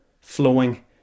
flowing